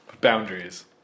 Boundaries